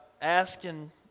asking